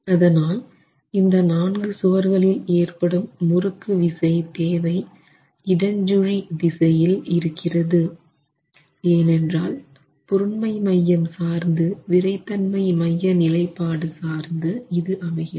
அதனால் இந்த நான்கு சுவர்களில் ஏற்படும் முறுக்கு விசை தேவை இடஞ்சுழி திசையில் இருக்கிறது ஏனென்றால் பொருண்மை மையம் சார்ந்து விறைத்தன்மை மைய நிலைப்பாடு சார்ந்து இது அமைகிறது